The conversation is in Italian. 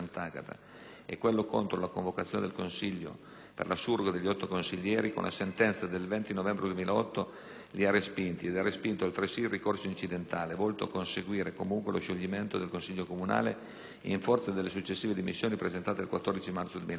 e quello contro la convocazione del consiglio per la surroga degli otto consiglieri, con la sentenza del 20 novembre 2008, li ha respinti, ed ha respinto, altresì, il ricorso incidentale, volto a conseguire comunque lo scioglimento del consiglio comunale, in forza delle successive dimissioni presentate il 14 marzo 2008.